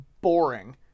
boring